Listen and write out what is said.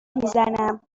میزنم